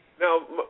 Now